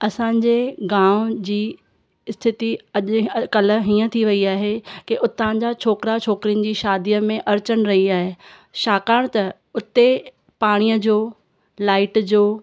असांजे गांव जी स्थिति अॼुकल्ह हीअं थी वई आहे की उतां जा छोकिरा छोकिरियुनि जी शादीअ में अर्चन रही आहे छाकाणि त उते पाणीअ जो लाइट जो